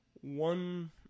one